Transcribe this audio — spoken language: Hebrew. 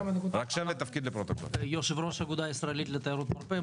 אני יו"ר האגודה הישראלית לתיירות מרפא.